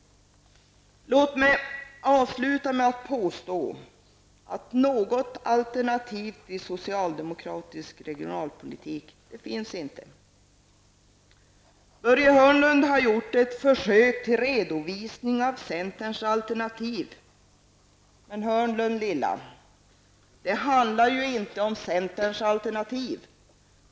Låt mig avsluta med att påstå att något alternativ till socialdemokratisk regionalpolitik inte finns. Börje Hörnlund har gjort ett försök till en redovisning av centerns alternativ. Men, Hörnlund lille, det handlar ju inte om centerns alternativ.